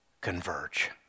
converge